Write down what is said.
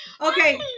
Okay